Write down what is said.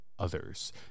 others